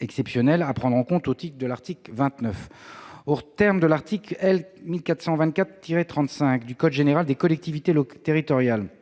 exceptionnels à prendre en compte au titre de l'article 29. L'article L. 1424-35 du code général des collectivités territoriales précise :